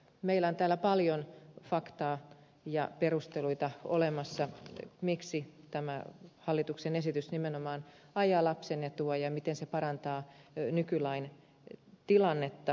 meillä on täällä paljon faktaa ja perusteluita olemassa siitä miksi tämä hallituksen esitys nimenomaan ajaa lapsen etua ja miten se parantaa nykylain tilannetta